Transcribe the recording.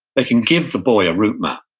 they can give the boy a route map.